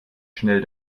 schnell